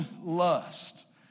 lust